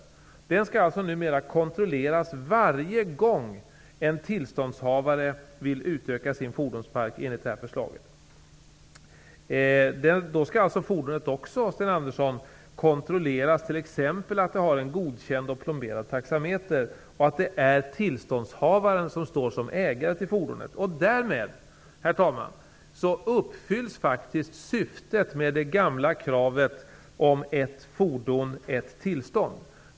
Laglydnaden skall enligt detta förslag kontrolleras varje gång en tillståndshavare vill utöka sin fordonspark. Då skall också fordonet kontrolleras, Sten Andersson. Man skall t.ex. kontrollera att det har en godkänd och plomberad taxameter och att tillståndshavaren står som ägare till fordonet. Därmed, herr talman, uppfylls faktiskt syftet med det gamla kravet på ett fordon--ett tillstånd.